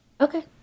Okay